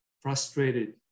frustrated